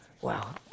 Wow